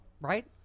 Right